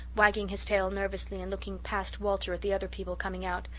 wagging his tail nervously and looking past walter at the other people coming out,